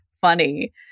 funny